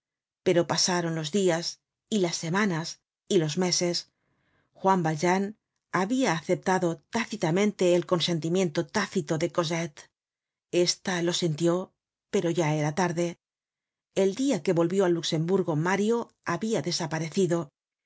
pero pasaron los dias y las semanas y los meses juan valjean habia aceptado tácitamente el consentimiento tácito de cosette esta lo sintió pero era ya tarde el dia que volvió al luxemburgo mario habia desaparecido